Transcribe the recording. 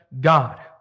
God